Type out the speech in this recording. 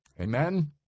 Amen